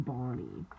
Bonnie